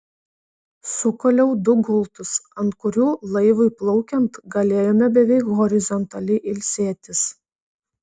sukaliau du gultus ant kurių laivui plaukiant galėjome beveik horizontaliai ilsėtis